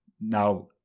Now